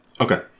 Okay